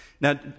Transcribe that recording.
Now